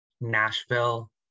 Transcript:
Nashville